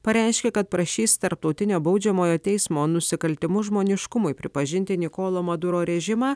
pareiškė kad prašys tarptautinio baudžiamojo teismo nusikaltimus žmoniškumui pripažinti nikolo maduro režimą